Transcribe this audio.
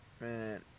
man